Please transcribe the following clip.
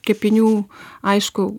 kepinių aišku